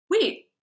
wait